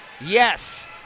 Yes